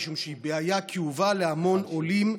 משום שהיא בעיה כאובה להמון עולים שמגיעים,